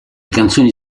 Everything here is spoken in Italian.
canzoni